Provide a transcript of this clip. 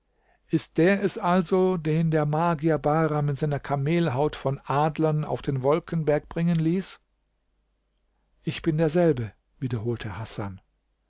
ist der es also den der magier bahram in einer kamelhaut von adlern auf den wolkenberg bringen ließ ich bin derselbe wiederholte hasan